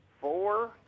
four